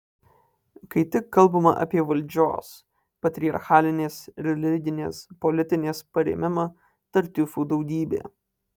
kai tik kalbama apie valdžios patriarchalinės religinės politinės perėmimą tartiufų daugybė